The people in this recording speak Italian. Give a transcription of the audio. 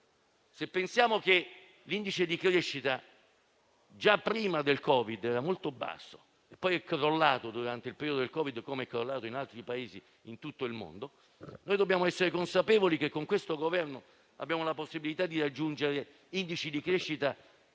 Se pensiamo che l'indice di crescita già prima del Covid era molto basso e poi, durante il periodo della pandemia, è crollato, come in altri Paesi in tutto il mondo, dobbiamo essere consapevoli che con questo Governo abbiamo la possibilità di raggiungere indici di crescita non